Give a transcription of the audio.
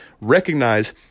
Recognize